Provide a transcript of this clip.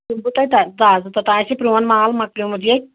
دِمہٕ بہٕ تۄہہِ تازٕ توٚتام آسہِ پرٛون مال مکلیومُت ییٚتہِ